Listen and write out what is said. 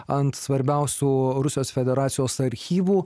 ant svarbiausių rusijos federacijos archyvų